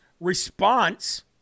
response